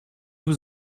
już